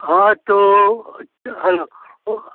हाँ तो अच्छा हाँ वो